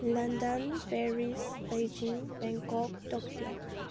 London Paris Beijing Bangkok Tokyo